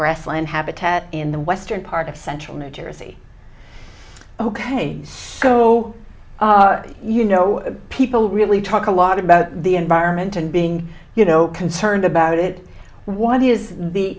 grassland habitat in the western part of central new jersey ok so you know people really talk a lot about the environment and being you know concerned about it what is the